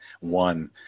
one